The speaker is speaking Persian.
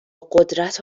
قدرت